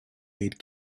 aid